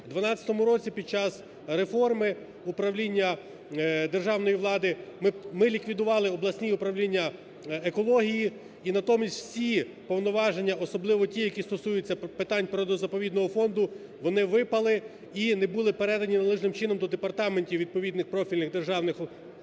У 2012 році під час реформи управління державної влади ми ліквідували обласні управління екології і натомість всі повноваження, особливо ті, які стосуються питань природно-заповідного фонду, вони випали і не були передані належним чином до департаментів відповідних профільних державних обласних